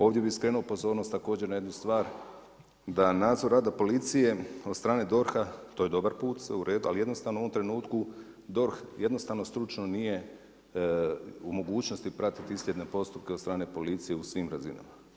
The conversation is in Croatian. Ovdje bi skrenuo pozornost, također na jednu stvar, da nadzor rada policije od strane DORH-a to je dobar put, sve je u redu, ali jednostavno u ovom trenutku DORH jednostavno stručno nije u mogućnosti pratiti isljedne postupke od strane policije u svim razinama.